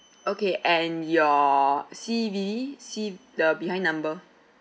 okay and your C_V_C the behind number